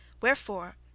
wherefore